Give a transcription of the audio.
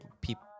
people